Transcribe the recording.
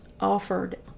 offered